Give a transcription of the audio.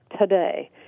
today